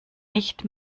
nicht